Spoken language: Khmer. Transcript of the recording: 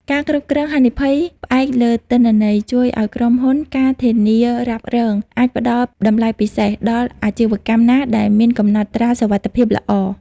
ការគ្រប់គ្រងហានិភ័យ ផ្អែកលើទិន្នន័យ ជួយឱ្យក្រុមហ៊ុន ការធានារ៉ាប់រង អាចផ្ដល់តម្លៃពិសេសដល់អាជីវកម្មណាដែលមានកំណត់ត្រាសុវត្ថិភាពល្អ។